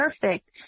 perfect